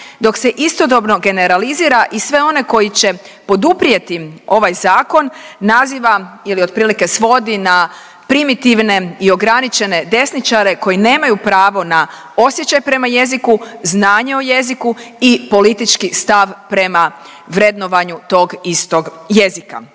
dok se istodobno generalizira i sve one koji će poduprijeti ovaj zakon, naziva ili otprilike svodi da primitivne i ograničene desničare koji nemaju pravo na osjećaj prema jeziku, znanje o jeziku i politički stav prema vrednovanju tog istog jezika.